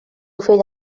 fill